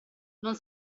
non